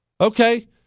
Okay